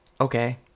okay